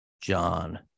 John